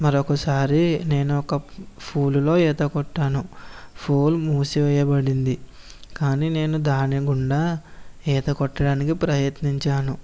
మరొకసారి నేను ఒక ఫూలులో ఈతకొట్టాను ఫూల్ మూసి వేయబడింది కాని నేను దాని గుండా ఈతకొట్టాడానికి ప్రయత్నించాను